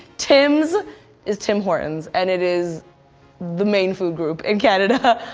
tims is tim hortons, and it is the main food group in canada.